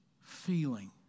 feeling